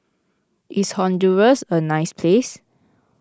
is Honduras a nice place